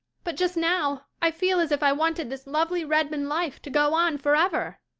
but just now i feel as if i wanted this lovely redmond life to go on forever.